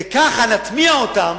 וכך נטמיע אותם